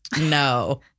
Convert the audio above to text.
No